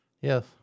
Yes